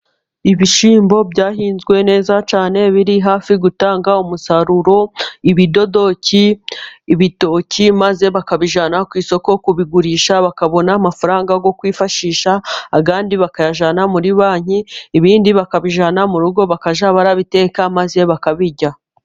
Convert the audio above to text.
Ibishyimbo byahinzwe neza cyane, biri hafi gutanga umusaruro. Ibidodoki, ibitoki maze bakabijyana ku isoko kubigurisha bakabona amafaranga yo kwifashisha andi bakayajyana muri banki, ibindi bakabijyana mu rugo bakaja babiteka maze bakabirya.